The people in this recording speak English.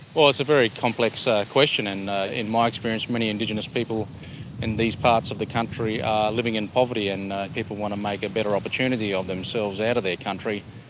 well, it's a very complex question. and in my experience, many indigenous people in these parts of the country are living in poverty and people want to make a better opportunity for themselves out of their country.